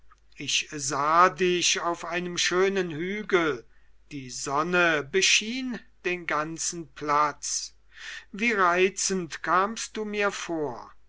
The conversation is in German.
ich sah dich auf einem schönen hügel die sonne beschien den ganzen platz wie reizend kamst du mir vor